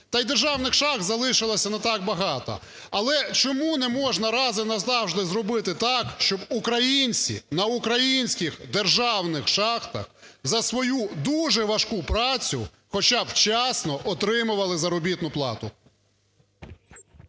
Та і державних шахт залишилось не так багато. Але чому не можна раз і назавжди зробити так, щоб українці на українських державних шахтах за свою дуже важку працю хоча б вчасно отримували заробітну плату?